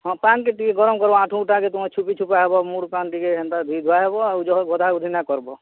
ହଁ ପାନ୍ ଟିକେ ଗର୍ମ କର୍ବା ଆଣ୍ଠୁ ଉଠାକେ ତୁମେ ଛୁପି ଛୁପା ହବେ ମୁଡ଼ ପାନି ଟିକେ ହେନ୍ତା ଧୁଆ ଧୁଇ ହେବ ଯହ ଗଧା ଗୁଧି ନାଇଁ କର୍ବ